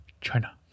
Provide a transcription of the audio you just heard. China